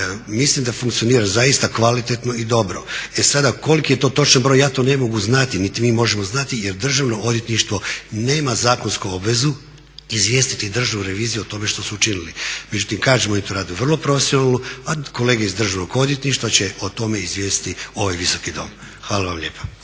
Mislim da funkcionira zaista kvalitetno i dobro. E sada koliki je to točan broj ja to ne mogu znati niti mi možemo znati jer Državno odvjetništvo nema zakonsku obvezu izvijestiti Državnu reviziju o tome što su učinili. Međutim kažem, oni to rade vrlo profesionalno a kolege iz Državnog odvjetništva će o tome izvijestiti ovaj Visoki Domovinskog rata. Hvala vam lijepa.